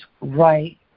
right